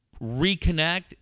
reconnect